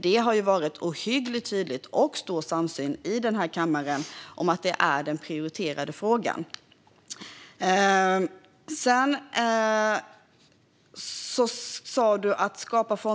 Det har dock varit ohyggligt tydligt, och i den här kammaren rått stor samsyn om, att det är den prioriterade frågan.